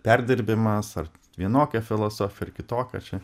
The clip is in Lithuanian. perdirbimas ar vienokią filosofiją ir kitokią čia